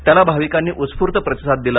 त्याला भाविकांनी उत्स्फूर्त प्रतिसाद दिला